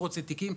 לא רוצים תיקים,